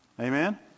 Amen